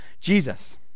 jesus